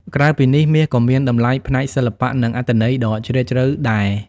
ក្រៅពីនេះ មាសក៏មានតម្លៃផ្នែកសិល្បៈ និងអត្ថន័យដ៏ជ្រាលជ្រៅដែរ។